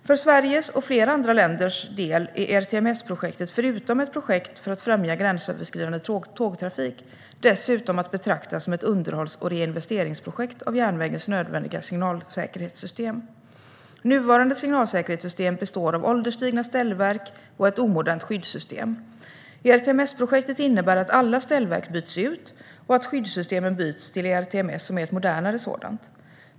För Sveriges, och flera andra länders, del är ERTMS-projektet förutom ett projekt för att främja gränsöverskridande tågtrafik dessutom att betrakta som ett underhålls och reinvesteringsprojekt av järnvägens nödvändiga signalsäkerhetssystem. Nuvarande signalsäkerhetssystem består av ålderstigna ställverk och ett omodernt skyddssystem. ERTMS-projektet innebär att alla ställverk byts ut och att skyddssystemet byts till ERTMS, som är ett modernare sådant.